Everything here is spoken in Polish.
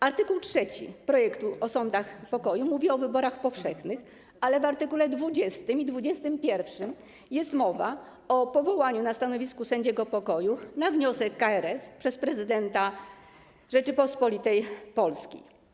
Art. 3 projektu o sądach pokoju mówi o wyborach powszechnych, ale w art. 20 i 21 jest mowa o powołaniu na stanowisko sędziego pokoju, na wniosek KRS, przez prezydenta Rzeczypospolitej Polskiej.